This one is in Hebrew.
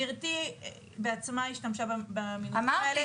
אבל גברתי בעצמה השתמשה במילים האלה,